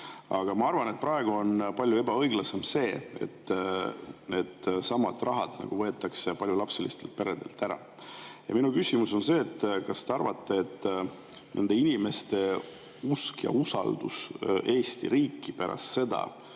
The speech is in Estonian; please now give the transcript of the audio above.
Aga ma arvan, et praegu on palju ebaõiglasem see, et see raha võetakse paljulapselistelt peredelt ära. Ja minu küsimus on see: kas te arvate, et nende inimeste usk Eesti riiki ja usaldus